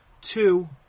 Two